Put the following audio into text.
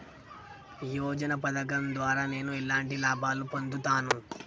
యోజన పథకం ద్వారా నేను ఎలాంటి లాభాలు పొందుతాను?